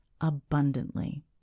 abundantly